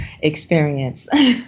experience